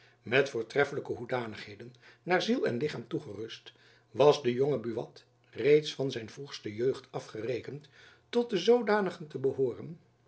met voortreffelijke hoedanigheden naar ziel en lichaam toegerust was de jonge buat reeds van zijn vroegste jeugd af gerekend tot de zoodanigen te behooren